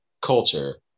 culture